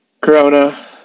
Corona